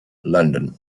london